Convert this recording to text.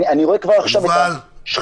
אני רואה כבר עכשיו את השחיתות.